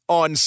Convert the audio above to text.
on